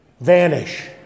vanish